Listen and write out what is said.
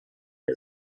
der